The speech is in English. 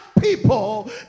People